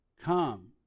Come